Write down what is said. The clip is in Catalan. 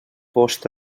post